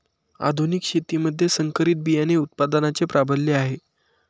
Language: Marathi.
आधुनिक शेतीमध्ये संकरित बियाणे उत्पादनाचे प्राबल्य आहे